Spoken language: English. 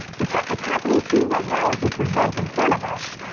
it's yeah it's happening to you right now as you present in front of us,